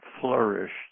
flourished